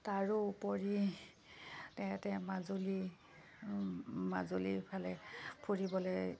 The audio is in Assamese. তাৰোপৰি মাজুলী মাজুলীফালে ফুৰিবলৈ